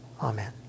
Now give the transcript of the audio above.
Amen